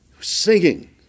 singing